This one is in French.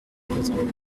présent